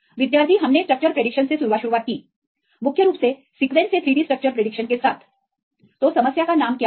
विद्यार्थी हमने structure prediction से शुरुआत की मुख्य रूप से सीक्वेंस से 3 डी स्ट्रक्चर्स की भविष्यवाणी के साथ हाँ तो समस्या का नाम क्या है